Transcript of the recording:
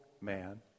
man